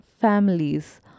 families